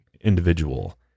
individual